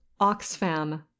Oxfam